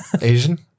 Asian